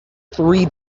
three